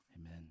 amen